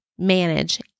Manage